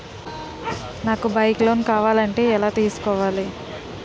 నాకు bike loan కావాలంటే ఎలా తీసుకోవాలి?